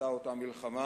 היתה אותה מלחמה,